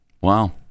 Wow